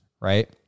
Right